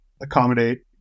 accommodate